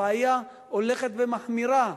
הבעיה הולכת ומחמירה.